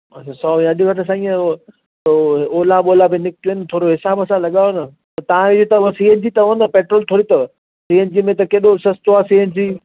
सौ अॼु वठो साईं ओला वोला बि निकितियूं आहिनि थोरो हिसाब सां लॻायो न तव्हां ई अथव सी एन जी अथव न पेट्रोल थोरी अथव सी एन जी में त केॾो सस्तो आहे सी एन जी